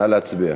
נא להצביע.